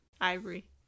Ivory